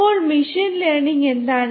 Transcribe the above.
അപ്പോൾ machine learning എന്താണ്